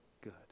Good